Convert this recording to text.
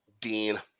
dean